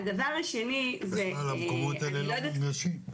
המקומות האלה לא מונגשים,